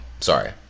sorry